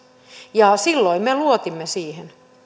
silloin me luotimme siihen